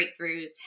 breakthroughs